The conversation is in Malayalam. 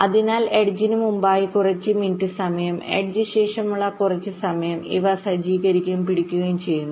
അതിനാൽ എഡ്ജിന് മുമ്പായി കുറച്ച് മിനുട്ട് സമയം എഡ്ജിന് ശേഷമുള്ള കുറച്ച് സമയം ഇവ സജ്ജീകരിക്കുകയും പിടിക്കുകയും ചെയ്യുന്നു